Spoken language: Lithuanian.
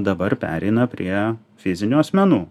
dabar pereina prie fizinių asmenų